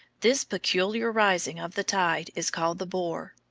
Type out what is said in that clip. this peculiar rising of the tide is called the bore.